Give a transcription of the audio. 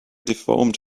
deformed